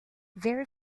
very